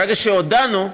ברגע שהודענו,